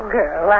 girl